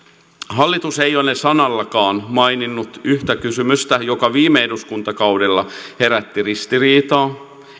hallitus ei ole sanallakaan maininnut yhtä kysymystä joka viime eduskuntakaudella herätti ristiriitaa